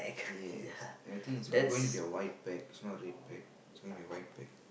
yes I think it's will going to be a white pack not a red pack it's going to be a white pack